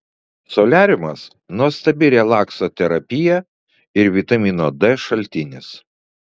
soliariumas nuostabi relakso terapija ir vitamino d šaltinis